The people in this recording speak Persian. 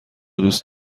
دوست